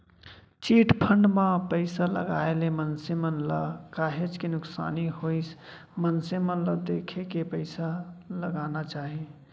chit fund म पइसा लगाए ले मनसे मन ल काहेच के नुकसानी होइस मनसे मन ल देखे के पइसा लगाना चाही